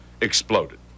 exploded